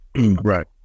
right